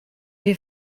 wir